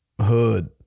hood